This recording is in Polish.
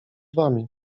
wami